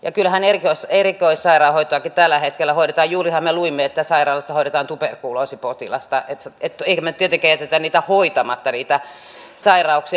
ja kyllähän erikoissairaanhoitoakin tällä hetkellä annetaan juurihan me luimme että sairaalassa hoidetaan tuberkuloosipotilasta emmekä me tietenkään jätä niitä sairauksia hoitamatta